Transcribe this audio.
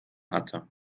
hatte